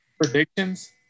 predictions